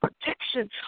Protection